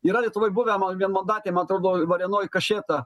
yra lietuvoj buvę man vienmandatėj man atrodo varėnoj kašėta